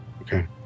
okay